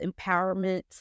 empowerment